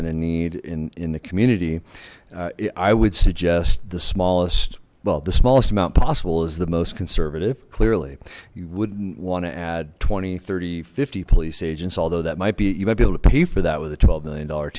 a need in in the community i would suggest the smallest well the smallest amount possible is the most conservative clearly you wouldn't want to add twenty thirty fifty police agents although that might be you might be able to pay for that with a twelve million dollar